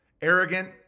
arrogant